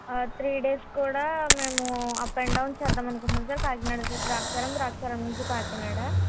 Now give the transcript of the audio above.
three days కూడా మేము up and down చేద్దామని అనుకుంటున్నాము సార్ కాకినాడ నుంచి ద్రాక్షారం ద్రాక్షారం నుంచి కాకినాడ